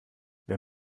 wer